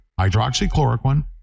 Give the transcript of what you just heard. Hydroxychloroquine